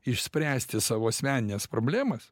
išspręsti savo asmenines problemas